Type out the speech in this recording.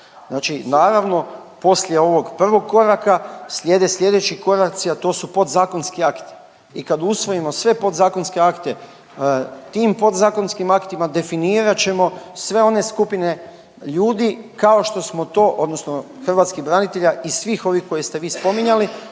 Znači naravno poslije ovog prvog koraka slijede slijedeći koraci, a to su podzakonski akti i kad usvojimo sve podzakonske akte, tim podzakonskim aktima definirat ćemo sve one skupine ljudi, kao što smo to odnosno hrvatskih branitelja i svih ovih koje ste vi spominjali,